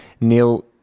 Neil